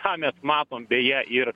ką mes matom beje ir